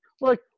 look